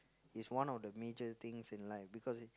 is one of the major things in life because